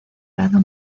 lado